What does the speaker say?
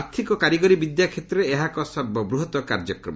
ଆର୍ଥକ କାରିଗରୀ ବିଦ୍ୟା କ୍ଷେତ୍ରରେ ଏହା ଏକ ସର୍ବବୃହତ୍ତ କାର୍ଯ୍ୟକ୍ରମ